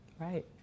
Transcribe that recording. Right